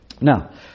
Now